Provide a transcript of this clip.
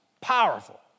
Powerful